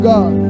God